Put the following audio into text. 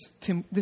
Tim